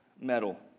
metal